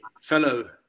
fellow